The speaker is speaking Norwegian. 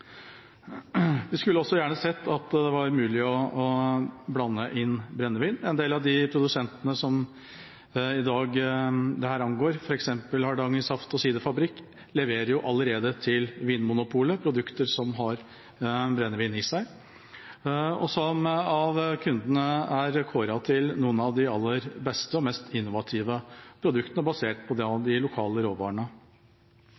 Vi skulle også gjerne sett at det var mulig å blande inn brennevin. En del av de produsentene som dette angår i dag, f.eks. Hardanger saft- og siderfabrikk, leverer allerede til Vinmonopolet produkter som inneholder brennevin, og som av kundene er kåret til noen av de aller beste og mest innovative produktene basert på